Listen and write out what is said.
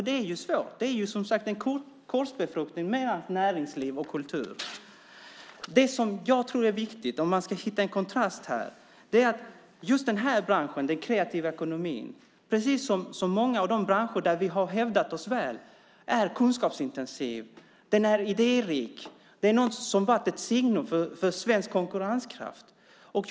Det är som sagt en korsbefruktning mellan näringsliv och kultur. Det som jag tror är viktigt, om man ska hitta en kontrast här, är att just den här branschen, den kreativa ekonomin, precis som många av de branscher där vi har hävdat oss väl, är kunskapsintensiv. Den är idérik. Det är något som har varit ett signum för svensk konkurrenskraft.